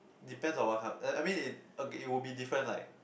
depends on what kind uh I mean it okay it would be different like